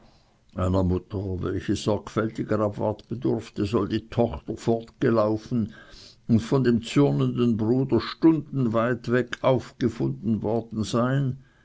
einer mutter welche sorgfältiger abwart bedurfte soll die tochter fortgelaufen und von dem zürnenden bruder stunden weit weg aufgefunden worden sein